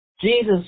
Jesus